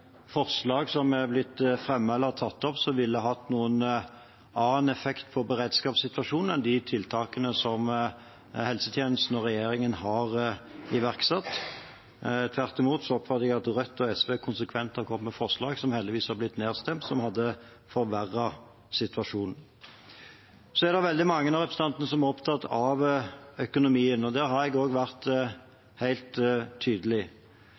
annen effekt på beredskapssituasjonen enn de tiltakene som helsetjenesten og regjeringen har iverksatt. Tvert imot oppfatter jeg at Rødt og SV konsekvent har kommet med forslag, som heldigvis er blitt nedstemt, som hadde forverret situasjonen. Det er mange av representantene som er opptatt av økonomien. Der har jeg også vært helt tydelig.